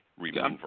remover